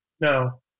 No